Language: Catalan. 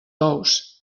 ous